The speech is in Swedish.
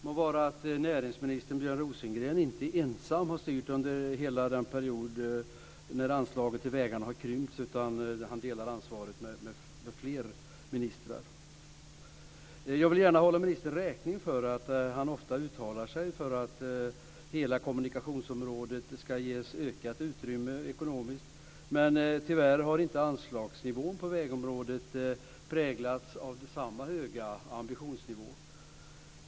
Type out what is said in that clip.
Må vara att näringsminister Björn Rosengren inte ensam har styrt under hela den period som anslagen till vägarna har krympts; han delar ansvaret med fler ministrar. Jag vill gärna hålla ministern räkning för att han ofta uttalar sig för att hela kommunikationsområdet ska ges ökat ekonomiskt utrymme, men tyvärr har inte anslagen på vägområdet präglats av samma höga ambitionsnivå.